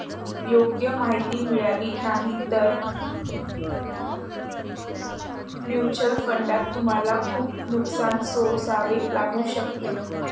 योग्य माहिती मिळाली नाही तर म्युच्युअल फंडात तुम्हाला खूप नुकसान सोसावे लागू शकते